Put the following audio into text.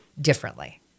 differently